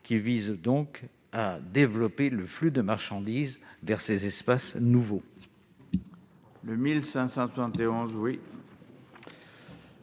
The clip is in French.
vise donc à développer le flux de marchandises vers ces espaces nouveaux.